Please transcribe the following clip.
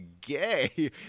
gay